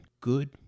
good